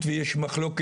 אבל בהמשך